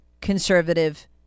conservative